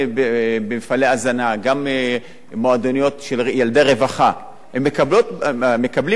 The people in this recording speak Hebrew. גם במועדוניות של ילדי רווחה הם מקבלים ארוחות חמות.